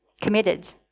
Committed